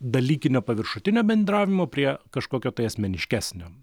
dalykinio paviršutinio bendravimo prie kažkokio tai asmeniškesnio